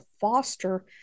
foster